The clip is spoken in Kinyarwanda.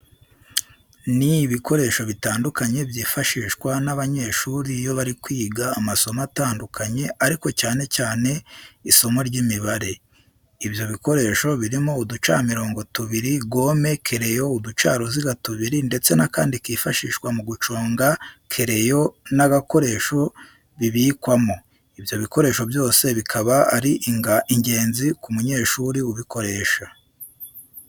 Ni ibikoresho bitandukanye byifashishwa n'abanyeshuri iyo bari kwiga amasomo atandukanye ariko cyane cyane isimo ry'Imibare. ibyo bikoresho birimo uducamirongo tubiri, gome, kereyo, uducaruziga tubiri ndetse n'akandi kifashishwa mu guconga kereyo n'agakoresho bibikwamo. Ibyo bikoresho byose bikaba ari ingenzi ku munyeshuri ubikoresha.